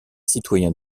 citoyen